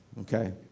Okay